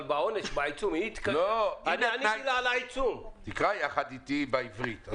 אבל בעונש, בעיצום --- תקרא יחד איתי בעברית.